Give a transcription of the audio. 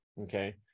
okay